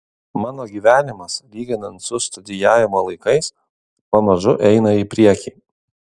mano gyvenimas lyginant su studijavimo laikais pamažu eina į priekį